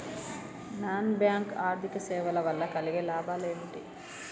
Non bank ఆర్థిక సేవల వల్ల కలిగే లాభాలు ఏమిటి?